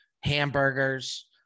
hamburgers